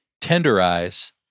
tenderize